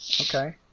okay